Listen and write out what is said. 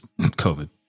COVID